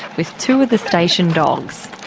with two of the station dogs.